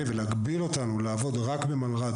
להגביל אותנו לעבוד רק במלר"ד,